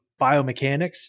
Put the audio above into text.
biomechanics